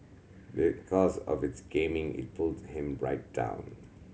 because of this gaming it pulled him right down